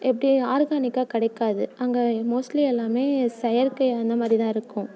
எப்படி ஆர்கானிக்காக கிடைக்காது அங்கே மோஸ்ட்லி எல்லாமே செயற்கை அந்த மாதிரி தான் இருக்கும்